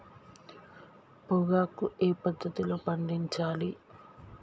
పొగాకు ఏ పద్ధతిలో పండించాలి?